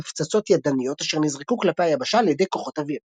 בפצצות ידניות אשר נזרקו כלפי היבשה על ידי כוחות אוויר.